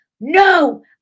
no